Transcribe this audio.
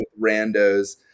randos